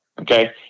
Okay